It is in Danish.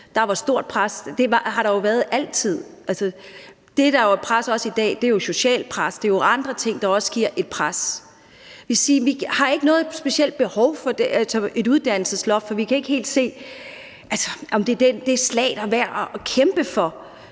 der var et stort pres. Det har der jo været altid. Det, der også er et pres i dag, er jo et socialt pres. Det er andre ting, der også giver et pres. Vi har ikke noget specielt behov for at kæmpe for et uddannelsesloft, for vi kan ikke helt se, om det er det slag, der er værd at kæmpe –